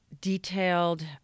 detailed